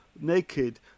naked